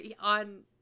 on